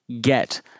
get